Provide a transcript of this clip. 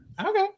Okay